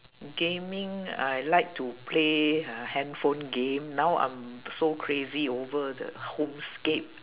gaming I like to play uh handphone game now I'm so crazy over the homescape